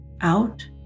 out